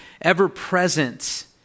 ever-present